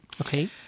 Okay